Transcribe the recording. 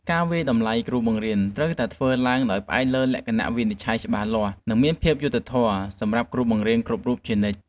ការវាយតម្លៃគ្រូបង្រៀនត្រូវតែធ្វើឡើងដោយផ្អែកលើលក្ខណៈវិនិច្ឆ័យច្បាស់លាស់និងមានភាពយុត្តិធម៌សម្រាប់គ្រូគ្រប់រូបជានិច្ច។